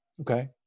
Okay